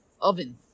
oven